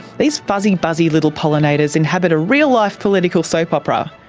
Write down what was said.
these fuzzy, buzzy little pollinators inhabit a real life political soap opera,